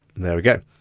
and there we go.